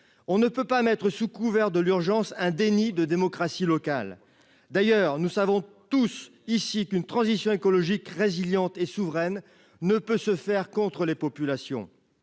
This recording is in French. on ne peut pas mettre sous couvert de l'urgence, un déni de démocratie locale, d'ailleurs, nous savons tous ici qu'une transition écologique résilientes et souveraine ne peut se faire contre les populations,